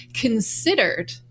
considered